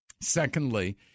Secondly